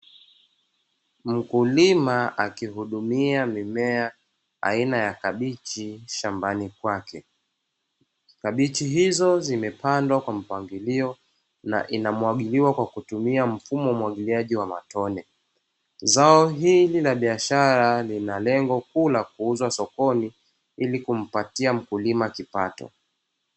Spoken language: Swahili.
Mkulima akihudumia mimea aina ya kabichi shambani kwake. Kabichi hizo zimepandwa kwa mpangilio na inamwagiliwa kwa kutumia mfumo wa umwagiliaji wa matone, zao hili la biashara lina lengo kuu la kuuzwa sokoni ili kumpatia mkulima kipato.